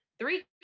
Three